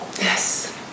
yes